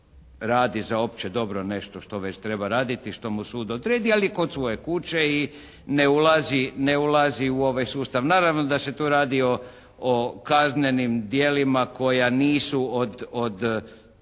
radi za opće dobro nešto što već treba raditi, što mu sud odredi, ali kod svoje kuće i ne ulazi, ne ulazi u ovaj sustav. Naravno da se tu radi o kaznenim djelima koja nisu od